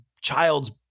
child's